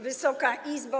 Wysoka Izbo!